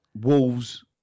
Wolves